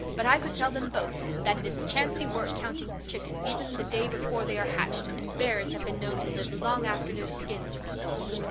but i could tell them both that it is chancy work counting chickens even the day before they are hatched, and bears have been known to live long after their skins were sold.